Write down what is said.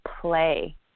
play